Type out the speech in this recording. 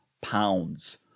pounds